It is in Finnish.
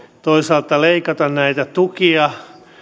toisaalta leikata näitä tukia